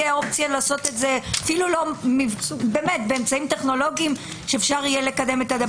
אפילו באמצעים טכנולוגיים שאפשר יהיה לקדם את זה.